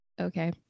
Okay